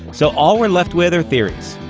so all we're left with are theories.